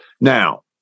Now